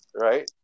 Right